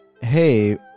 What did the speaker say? hey